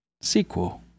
sequel